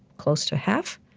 close to half,